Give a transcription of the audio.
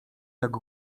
jak